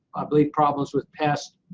believe problems with pests,